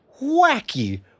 wacky